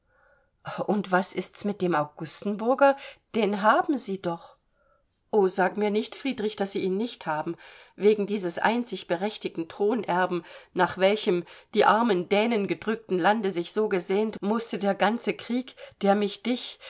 und was ist's mit dem augustenburger den haben sie doch o sag mir nicht friedrich daß sie ihn nicht haben wegen dieses einzig berechtigten thronerben nach welchem die armen dänengedrückten lande sich so gesehnt mußte der ganze krieg der mich dich